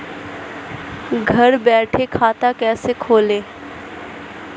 घर बैठे खाता कैसे खोलें?